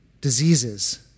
diseases